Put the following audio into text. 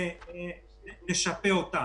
נשפה אותן.